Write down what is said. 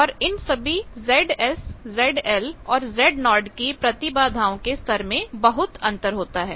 और इन सभी ZS ZL और Z0 की प्रतिबाधाओं के स्तर में बहुत अंतर होता है